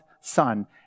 son